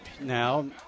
now